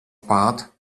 part